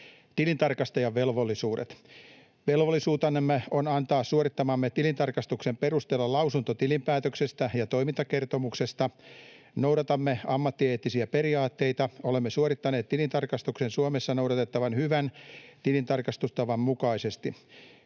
Tilintarkastajan velvollisuudet: Velvollisuutenamme on antaa suorittamamme tilintarkastuksen perusteella lausunto tilinpäätöksestä ja toimintakertomuksesta. Noudatamme ammattieettisiä periaatteita. Olemme suorittaneet tilintarkastuksen Suomessa noudatettavan hyvän tilintarkastustavan mukaisesti.